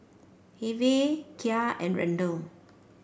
Hervey Kya and Randell